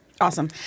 Awesome